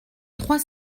trois